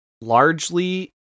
largely